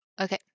Okay